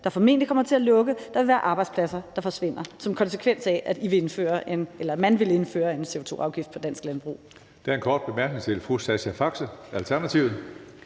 der formentlig kommer til at lukke, og at der vil være arbejdspladser, der forsvinder – som konsekvens af, at man vil indføre en CO2-afgift på dansk landbrug.